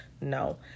No